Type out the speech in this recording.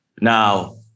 Now